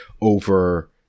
over